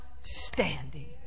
standing